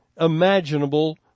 imaginable